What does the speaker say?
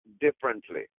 differently